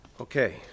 Okay